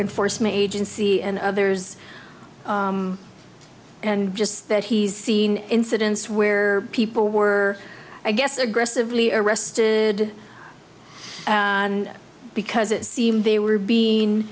inforce me agency and others and just that he's seen incidents where people were i guess aggressively arrested because it seemed they were be